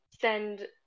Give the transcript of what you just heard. send